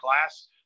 class